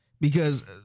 because-